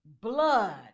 blood